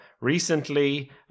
recently